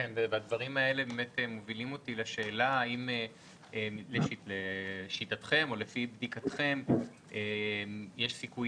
הדברים האלה מובילים אותי לשאלה: האם לשיטתכם או לפי בדיקתכם יש סיכוי